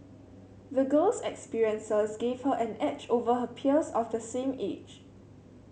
the girl's experiences gave her an edge over her peers of the same age